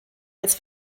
als